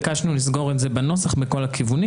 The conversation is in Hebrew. ביקשנו לסגור את זה בנוסח מכל הכיוונים.